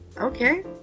Okay